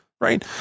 Right